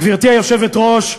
גברתי היושבת-ראש,